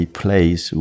place